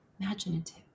imaginative